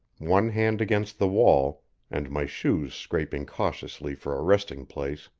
one hand against the wall and my shoes scraping cautiously for a resting-place,